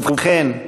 ובכן,